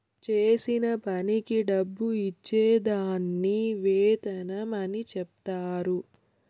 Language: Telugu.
చేసిన పనికి డబ్బు ఇచ్చే దాన్ని వేతనం అని చెప్తారు